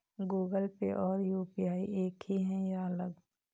Google Pay और UPI एक ही है या अलग?